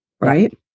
Right